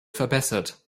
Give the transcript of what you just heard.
verbessert